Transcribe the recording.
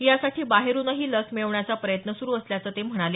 यासाठी बाहेरूनही लस मिळवण्याचा प्रयत्न सुरु असल्याचं ते म्हणाले